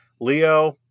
Leo